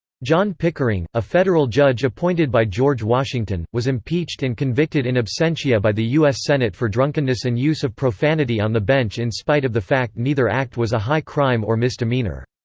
john pickering, a federal judge appointed by george washington, was impeached and convicted in absentia by the us senate for drunkenness and use of profanity on the bench in spite of the fact neither act was a high crime or misdemeanor.